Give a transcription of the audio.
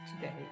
today